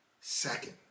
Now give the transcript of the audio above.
Second